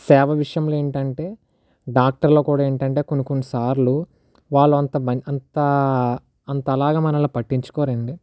సేవ విషయం ఏంటంటే డాక్టర్లు కూడా ఏంటంటే కొన్ని కొన్ని సార్లు వాళ్ళు అంత మంచ్ అంతా అంతలాగ మనల్ని పట్టించుకోరండి